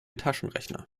taschenrechner